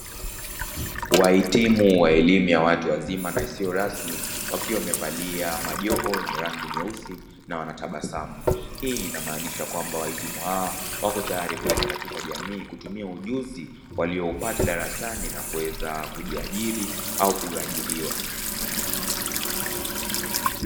Wahitimu wa elimu ya watu wazima na isiyo rasmi wakiwa wamevalia majoho yenye rangi nyeusi na wanatabasamu, hii inamaanisha kwamba wahitimu hawa wako tayari kwenda katika jamii kutumia ujuzi waliyoupata darasani na kuweza kujiajiri au kuajiriwa.